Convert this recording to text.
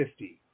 50